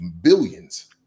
billions